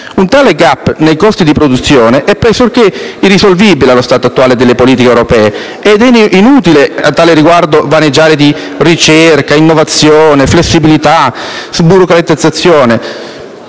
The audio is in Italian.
Un tale *gap* nei costi di produzione è pressoché irrisolvibile allo stato attuale delle politiche europee, ed è inutile a tal riguardo vaneggiare parlando di ricerca, innovazione, flessibilità, sburocratizzazione,